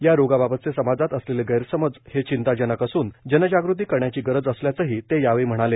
या रोगाबाबतचे समाजात असलेले गैरसमज हे चिंताजनक असून जनजागृती करण्याची गरज असल्याचंही ते यावेळी म्हणाले